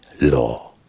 law